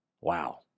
Wow